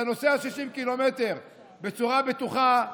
אתה נוסע 60 קילומטר בצורה בטוחה,